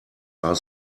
are